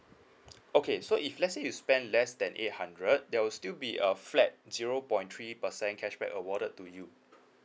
okay so if let's say you spend less than eight hundred there will still be a flat zero point three percent cashback awarded to you